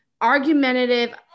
argumentative